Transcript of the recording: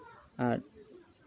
ᱟᱨ